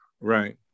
Right